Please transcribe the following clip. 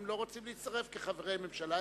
הם לא רוצים להצטרף כחברי הממשלה,